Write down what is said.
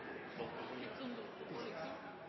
gjer på to